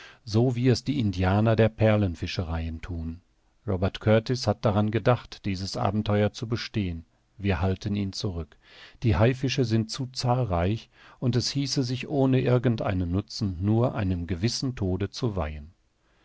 so wie es die indianer der perlenfischereien thun robert kurtis hat daran gedacht dieses abenteuer zu bestehen wir halten ihn zurück die haifische sind zu zahlreich und es hieße sich ohne irgend einen nutzen nur einem gewissen tode weihen